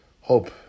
Hope